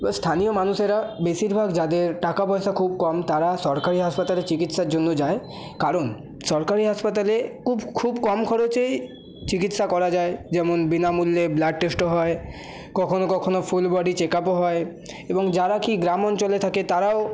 স্থানীয় মানুষেরা বেশিরভাগ যাদের টাকাপয়সা খুব কম তারা সরকারি হাসপাতালে চিকিৎসার জন্য যায় কারণ সরকারি হাসপাতালে খুব খুব কম খরচেই চিকিৎসা করা যায় যেমন বিনামূল্যে ব্লাড টেস্টও হয় কখনো কখনো ফুল বডি চেক আপও হয় এবং যারা কি গ্রাম অঞ্চলে থাকে তারাও